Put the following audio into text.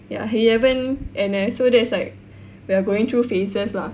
ya he haven't N_S so that's like we're going through phases lah